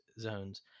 zones